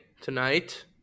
tonight